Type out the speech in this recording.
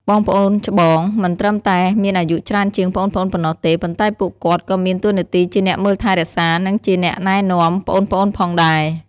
បងប្អូនច្បង មិនត្រឹមតែមានអាយុច្រើនជាងប្អូនៗប៉ុណ្ណោះទេ ប៉ុន្តែពួកគាត់ក៏មាន តួនាទីជាអ្នកមើលថែរក្សា និងជាអ្នកណែនាំ ប្អូនៗផងដែរ។